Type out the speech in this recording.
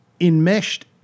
enmeshed